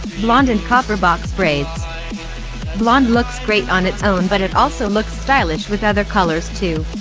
blonde and copper box braids blonde looks great on it's own but it also looks stylish with other colors too.